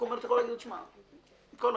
כל הכבוד,